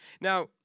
Now